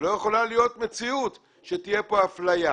לא יכולה להיות מציאות שתהיה פה אפליה.